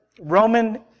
Roman